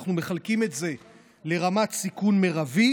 אנחנו מחלקים את זה לרמת סיכון מרבי,